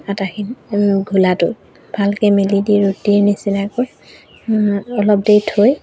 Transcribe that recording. আটাখিন ঘোলাটো ভালকৈ মেলি দি ৰুটিৰ নিচিনাকৈ অলপ দেৰি থৈ